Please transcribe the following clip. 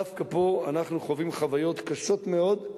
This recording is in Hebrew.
דווקא פה אנחנו חווים חויות קשות מאוד,